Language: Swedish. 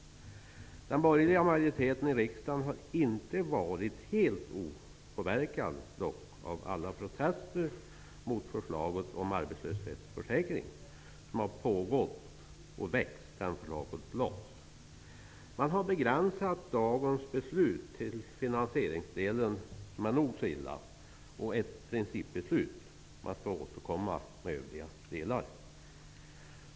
Den borgerliga majoriteten i riksdagen har dock inte varit helt opåverkad av alla protester som har väckts och pågått sedan förslaget om arbetslöshetsförsäkringen lades. Dagens beslut har begränsats till att gälla finansieringsdelen, vilket är nog så illa, samt ett principbeslut. Man skall återkomma när det gäller övriga delar.